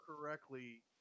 correctly